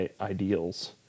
ideals